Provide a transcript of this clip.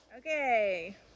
Okay